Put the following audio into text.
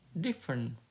different